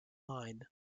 mine